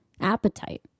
Appetite